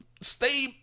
stay